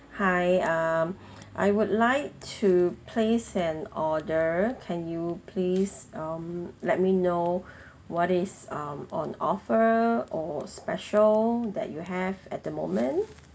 hi um I would like to place an order can you please um let me know what is um on offer or special that you have at the moment